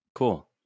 Cool